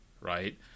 right